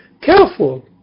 Careful